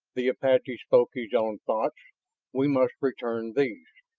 the apache spoke his own thoughts we must return these.